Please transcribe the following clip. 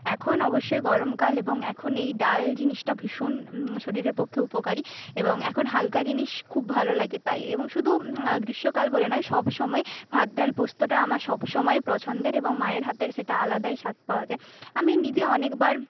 এখন অবশ্যই গরমকাল এবং এখন এই ডাল জিনিসটা ভীষণ শরীরের পক্ষে উপকারী এবং এখন হালকা জিনিস খুব ভালো লাগে তাই এবং শুধু গ্রীষ্মকাল বলে নয় সব সময়ই ভাত ডাল পোস্তটা আমার সব সময়ই পছন্দের এবং মায়ের হাতে সেটা আলাদাই স্বাদ পাওয়া যায় আমি নিজে অনেকবার